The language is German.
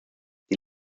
die